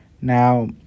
now